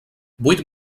vuit